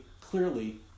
clearly